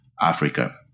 Africa